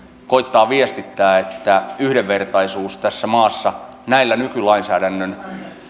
koettaa viestittää että yhdenvertaisuus tässä maassa näillä nykylainsäädännön